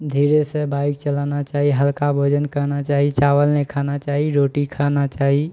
धीरेसँ बाइक चलाना चाही हल्का भोजन करना चाही चावल नहि खाना चाही रोटी खाना चाही